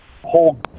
Whole